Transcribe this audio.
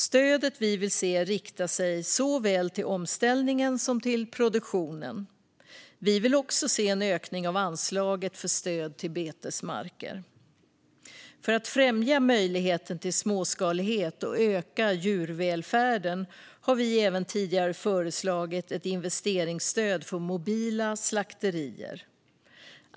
Stödet vi vill se riktar sig såväl till omställningen som till produktionen. Vi vill också se en ökning av anslaget för stöd till betesmarker. För att främja möjligheten till småskalighet och öka djurvälfärden har vi även tidigare föreslagit ett investeringsstöd för mobila slakterier.